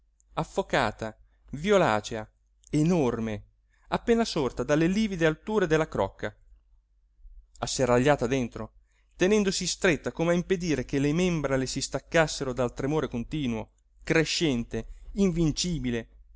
quintadecima affocata violacea enorme appena sorta dalle livide alture della crocca asserragliata dentro tenendosi stretta come a impedire che le membra le si staccassero dal tremore continuo crescente invincibile